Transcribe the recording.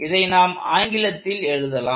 இதை நாம் ஆங்கிலத்தில் எழுதலாம்